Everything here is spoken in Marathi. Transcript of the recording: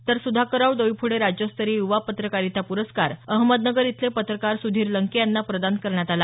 तर सुधाकरराव डोईफोडे राज्यस्तरीय युवा पत्रकारिता पुरस्कार अहमदनगर इथले पत्रकार सुधीर लंके यांना प्रदान करण्यात आला